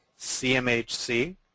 CMHC